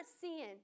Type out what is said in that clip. seeing